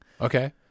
Okay